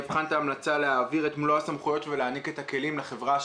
"ייבחן את ההמלצה להעביר את מלוא הסמכויות ולהעניק את הכלים לחברה",